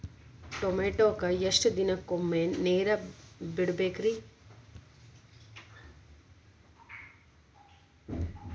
ಟಮೋಟಾಕ ಎಷ್ಟು ದಿನಕ್ಕೊಮ್ಮೆ ನೇರ ಬಿಡಬೇಕ್ರೇ?